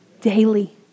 Daily